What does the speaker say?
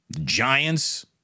Giants